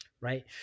Right